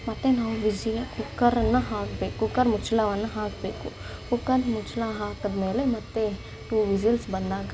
ಮತ್ತು ನಾವು ವಿಸ್ ಕುಕ್ಕರನ್ನು ಹಾಕಬೇಕು ಕುಕ್ಕರ್ ಮುಚ್ಚಳವನ್ನ ಹಾಕಬೇಕು ಕುಕ್ಕರ್ ಮುಚ್ಚಳ ಹಾಕಿದ್ಮೇಲೆ ಮತ್ತೆ ಟೂ ವಿಸಿಲ್ಸ್ ಬಂದಾಗ